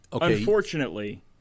unfortunately